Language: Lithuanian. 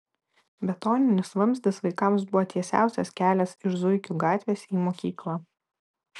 betoninis vamzdis vaikams buvo tiesiausias kelias iš zuikių gatvės į mokyklą